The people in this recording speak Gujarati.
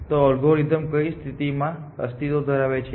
તો એલ્ગોરિધમ કઈ સ્થિતિમાં અસ્તિત્વ ધરાવે છે